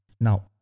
Now